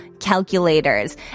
Calculators